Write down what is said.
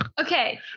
Okay